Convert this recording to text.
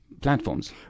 platforms